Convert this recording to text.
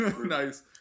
Nice